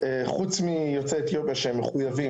חוץ מיוצאי אתיופיה שהם מחויבים,